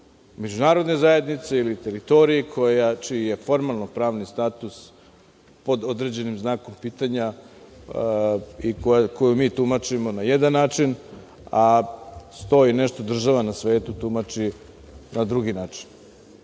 međunarodne zajednice ili teritoriji čiji je formalno-pravni status pod određenim znakom pitanja i koju mi tumačimo na jedan način, a sto i nešto država na svetu tumači na drugi način. Isto